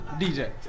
DJ